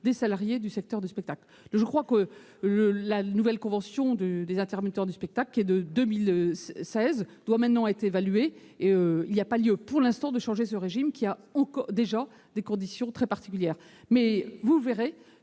des salariés du secteur du spectacle. La nouvelle convention des intermittents du spectacle, qui date de 2016, doit maintenant être évaluée. Il n'y a pas lieu, pour l'instant, de changer ce régime, qui obéit déjà à des conditions très particulières. Vous verrez,